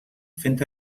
fent